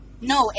no